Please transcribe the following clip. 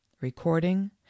Recording